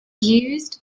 used